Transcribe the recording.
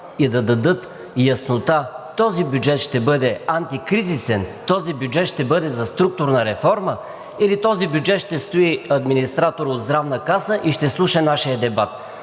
и да дадат яснота – този бюджет ще бъде антикризисен, този бюджет ще бъде за структурна реформа или този бюджет ще стои администратор от Здравна каса и ще слуша нашия дебат.